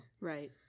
right